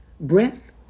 breath